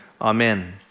amen